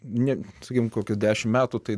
nu sakykim kokius dešimt metų tai